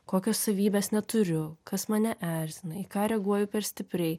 kokios savybės neturiu kas mane erzina į ką reaguoju per stipriai